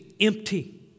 empty